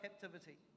captivity